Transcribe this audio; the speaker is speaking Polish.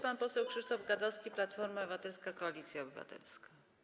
Pan poseł Krzysztof Gadowski, Platforma Obywatelska - Koalicja Obywatelska.